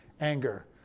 anger